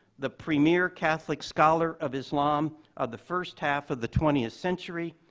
the premier catholic scholar of islam of the first half of the twentieth century,